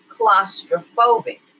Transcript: claustrophobic